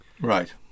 right